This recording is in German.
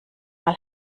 mal